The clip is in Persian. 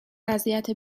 وضعیت